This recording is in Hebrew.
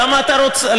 למה אתה יוצא,